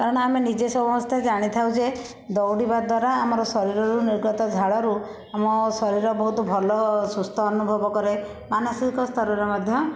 କାରଣ ଆମେ ନିଜେ ସମସ୍ତେ ଜାଣି ଥାଉ ଯେ ଦୌଡ଼ିବା ଦ୍ୱାରା ଆମ ଶରୀରରୁ ନିର୍ଗତ ଝାଳରୁ ଆମ ଶରୀର ବହୁତ ଭଲ ସୁସ୍ଥ ଅନୁଭବ କରେ ମାନସିକ ସ୍ତରରେ ମଧ୍ୟ